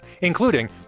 including